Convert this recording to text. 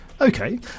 Okay